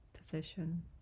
position